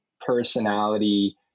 personality